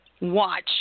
Watch